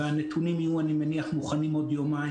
ואני מניח שהנתונים יהיו מוכנים עוד יומיים.